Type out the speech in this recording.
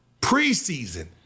preseason